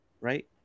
right